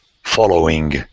following